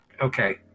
Okay